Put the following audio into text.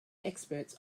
experts